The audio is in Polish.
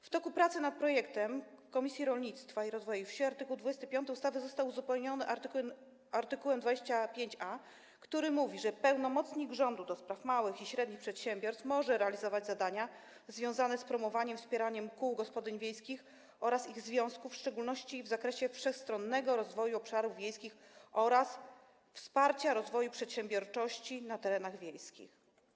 W toku prac nad projektem w Komisji Rolnictwa i Rozwoju Wsi art. 25 ustawy został uzupełniony o art. 25a, który mówi, że: pełnomocnik rządu do spraw małych i średnich przedsiębiorstw może realizować zadania związane z promowaniem i wspieraniem kół gospodyń wiejskich oraz ich związków, w szczególności w zakresie wszechstronnego rozwoju obszarów wiejskich oraz wsparcia rozwoju przedsiębiorczości na terenach wiejskich.